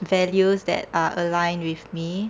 values that are aligned with me